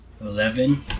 Eleven